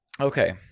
Okay